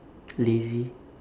lazy